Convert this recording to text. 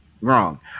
Wrong